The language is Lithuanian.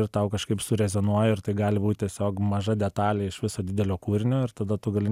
ir tau kažkaip surezonuoja ir tai gali būt tiesiog maža detalė iš viso didelio kūrinio ir tada tu gali